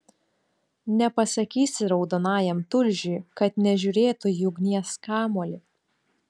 nepasakysi raudonajam tulžiui kad nežiūrėtų į ugnies kamuolį